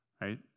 right